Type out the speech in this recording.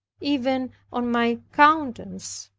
even on my countenance.